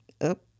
up